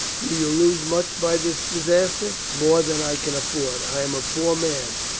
do you lose much by this disaster? more than i can afford. i am a poor man.